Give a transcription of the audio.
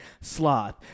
Sloth